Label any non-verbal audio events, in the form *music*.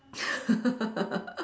*laughs*